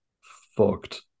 fucked